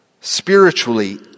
Spiritually